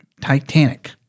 Titanic